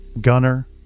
Gunner